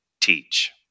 teach